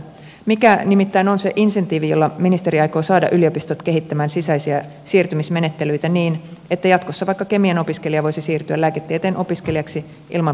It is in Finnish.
mikä nimittäin on se insentiivi jolla ministeri aikoo saada yliopistot kehittämään sisäisiä siirtymismenettelyitä niin että jatkossa vaikka kemian opiskelija voisi siirtyä lääketieteen opiskelijaksi ilman pääsykoemenettelyä